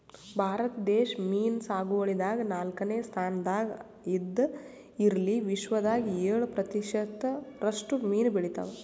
ಭಾರತ ದೇಶ್ ಮೀನ್ ಸಾಗುವಳಿದಾಗ್ ನಾಲ್ಕನೇ ಸ್ತಾನ್ದಾಗ್ ಇದ್ದ್ ಇಲ್ಲಿ ವಿಶ್ವದಾಗ್ ಏಳ್ ಪ್ರತಿಷತ್ ರಷ್ಟು ಮೀನ್ ಬೆಳಿತಾವ್